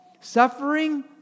Suffering